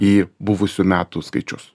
į buvusių metų skaičius